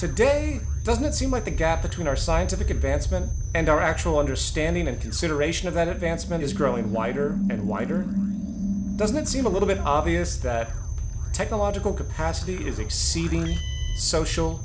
today doesn't seem like the gap between our scientific advancement and our actual and are standing in consideration of that advancement is growing wider and wider doesn't it seem a little bit obvious that technological capacity is exceedingly social